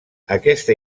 aquesta